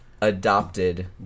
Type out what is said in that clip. adopted